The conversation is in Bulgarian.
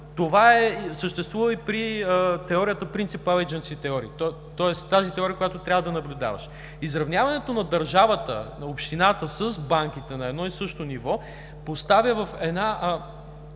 това съществува и при теорията „Принципал енджънси теори“, тоест тази теория, която трябва да наблюдаваш. Изравняването на държавата, на общината с банките на едно и също ниво поставя банката